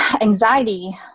anxiety